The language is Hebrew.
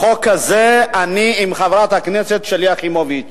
בחוק הזה אני עם חברת הכנסת שלי יחימוביץ,